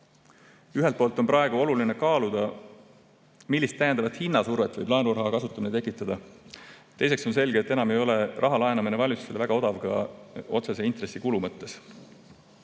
Ühelt poolt on praegu oluline kaaluda, millist täiendavat hinnasurvet võib laenuraha kasutamine tekitada. Teisalt on selge, et enam ei ole raha laenamine valitsusele väga odav ka otsese intressikulu mõttes.